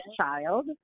child